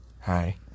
Hi